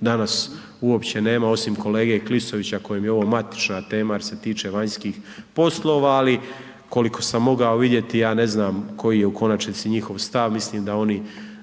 danas uopće nema osim kolege Klisovića kojem je ovo matična tema jer se tiče vanjskih poslova, ali koliko sam mogao vidjeti ja ne znam koji je u konačnici njihov stav, mislim da oni